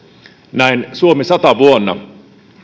näin suomi sata vuonna